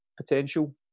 potential